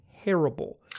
terrible